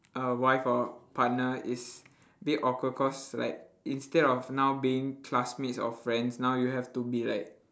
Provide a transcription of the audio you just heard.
a wife or partner is bit awkward cause like instead of now being classmates or friends now you have to be like